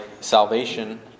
salvation